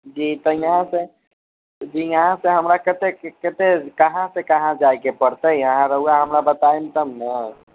जी तऽ यहाँसँ जी यहाँसँ हमरा कतेक कते कहाँसँ कहाँ जाइके पड़तै अहाँ रउवा हमरा बताएब तबने